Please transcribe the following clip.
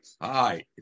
Hi